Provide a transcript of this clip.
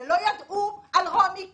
ידעו על רומי כלום,